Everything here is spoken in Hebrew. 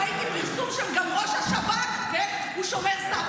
ראיתי פרסום שגם ראש השב"כ, כן, הוא שומר סף.